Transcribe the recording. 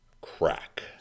crack